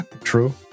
True